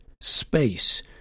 space